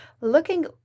looking